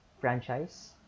franchise